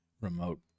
remote